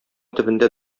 төбендә